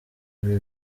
ibi